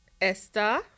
Esther